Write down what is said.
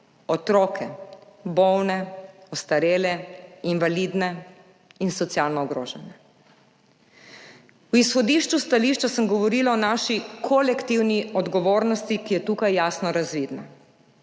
otroke, bolne, ostarele, invalide in socialno ogrožene. V izhodišču stališča sem govorila o naši kolektivni odgovornosti, ki je tukaj jasno razvidna.